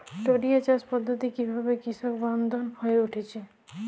টোরিয়া চাষ পদ্ধতি কিভাবে কৃষকবান্ধব হয়ে উঠেছে?